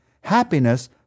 Happiness